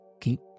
Keep